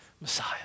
Messiah